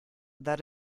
that